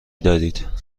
دارید